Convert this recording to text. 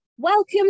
Welcome